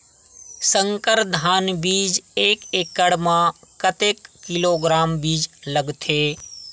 संकर धान बीज एक एकड़ म कतेक किलोग्राम बीज लगथे?